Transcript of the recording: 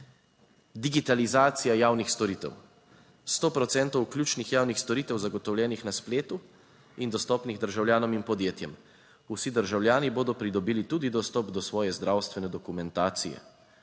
Digitalizacija javnih storitev, 100 procentov ključnih javnih storitev zagotovljenih na spletu in dostopnih državljanom in podjetjem. Vsi državljani bodo pridobili tudi dostop do svoje zdravstvene dokumentacije